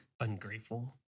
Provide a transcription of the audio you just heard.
ungrateful